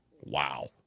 wow